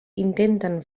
intenten